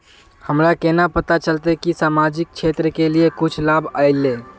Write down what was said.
हमरा केना पता चलते की सामाजिक क्षेत्र के लिए कुछ लाभ आयले?